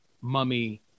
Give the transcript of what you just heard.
mummy